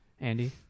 Andy